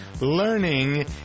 Learning